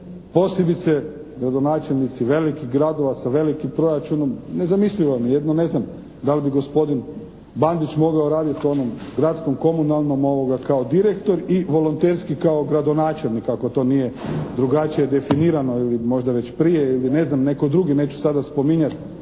posebice gradonačelnici velikih gradova sa velikim proračunom nezamislivo mi je, jedino ne znam da li bi gospodin Bandić mogao raditi u onom Gradskom komunalnom kao direktor i volonterski kao gradonačelnik ako to nije drugačije definirano ili možda već prije ili ne znam, netko drugi? Neću sada spominjati